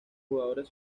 jugadores